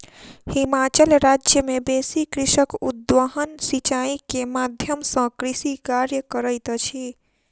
हिमाचल राज्य मे बेसी कृषक उद्वहन सिचाई के माध्यम सॅ कृषि कार्य करैत अछि